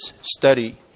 study